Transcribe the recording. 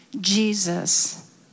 Jesus